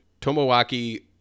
Tomowaki